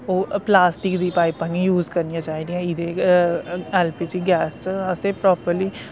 ओह् प्लास्टिक दियां पाइपां नी यूज करनियां चाहिदियां इदे एलपीजी गैस च अस प्रापर्ली